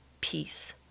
peace